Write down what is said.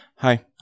Hi